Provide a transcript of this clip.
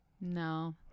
no